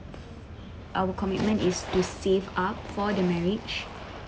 our commitment is to save up for the marriage